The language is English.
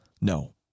No